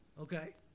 Okay